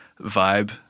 vibe